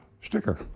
sticker